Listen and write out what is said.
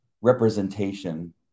representation